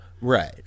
Right